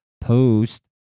post